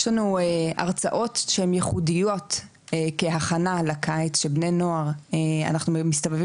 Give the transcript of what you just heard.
יש לנו הרצאות שהם ייחודיות כהכנה לקיץ שבני נוער אנחנו מסתובבים